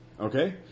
Okay